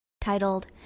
titled